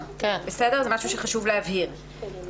זה דבר שחשוב להבהיר.